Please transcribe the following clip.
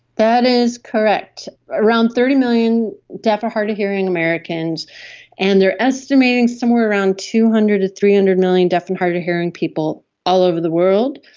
that is correct, around thirty million deaf or hard-of-hearing americans and they are estimating somewhere around two hundred to three hundred million deaf and hard-of-hearing people all over the world.